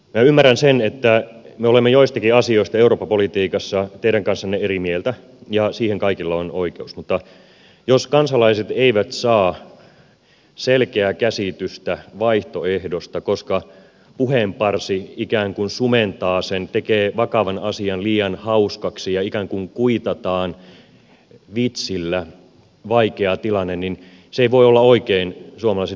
minä ymmärrän sen että me olemme joistakin asioista eurooppa politiikassa teidän kanssanne eri mieltä ja siihen kaikilla on oikeus mutta jos kansalaiset eivät saa selkeää käsitystä vaihtoehdosta koska puheenparsi ikään kuin sumentaa sen tekee vakavan asian liian hauskaksi ja ikään kuin kuitataan vitsillä vaikea tilanne niin se ei voi olla oikein suomalaisen demokratian kannalta